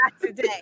today